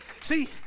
See